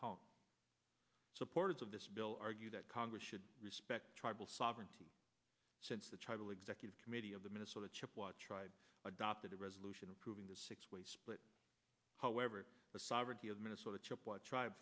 call supporters of this bill argue that congress should respect tribal sovereignty since the tribal executive committee of the minnesota chippewa tribe adopted a resolution approving the six way split however the sovereignty of minnesota chip what tribe